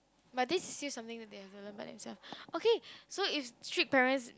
but this is still something that they learn themselves okay so if strict parents